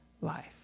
life